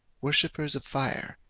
worshippers of fire,